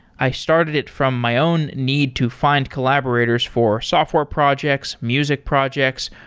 i started it from my own need to find collaborators for software projects, music projects,